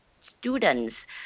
students